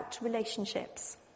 Relationships